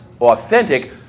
authentic